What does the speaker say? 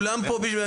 כולם פה בשביל,